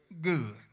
good